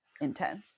intense